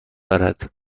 دارد